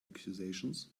accusations